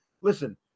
Listen